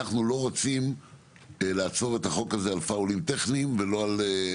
אנחנו לא רוצים לעצור את החוק הזה על "פאולים" טכניים ולא על,